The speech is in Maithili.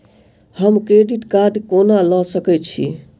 हम क्रेडिट कार्ड कोना लऽ सकै छी?